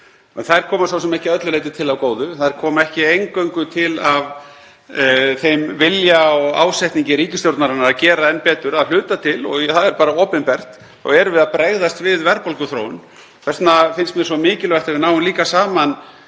Þær koma svo sem ekki að öllu leyti til af góðu. Þær koma ekki eingöngu til af þeim vilja og ásetningi ríkisstjórnarinnar að gera enn betur. Að hluta til, og það er bara opinbert, erum við að bregðast við verðbólguþróun. Þess vegna finnst mér svo mikilvægt að við náum líka saman